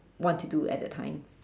want to do at that time